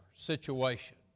situation